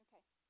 Okay